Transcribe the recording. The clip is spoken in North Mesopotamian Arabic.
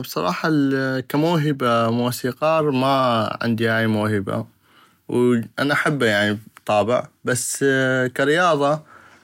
بصراحة كموهبة موسيقار ما عندي هاي الموهبة انا احبه طابع بس كرياضة